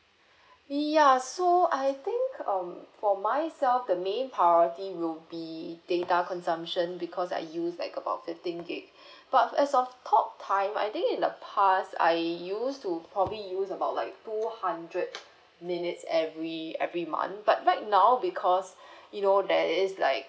ya so I think um for myself the main priority will be data consumption because I use like about fifteen gig but as of talk time I think in the past I used to probably use about like two hundred minutes every every month but right now because you know that is like